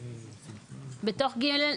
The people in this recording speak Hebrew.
בתוך (ג).